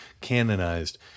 canonized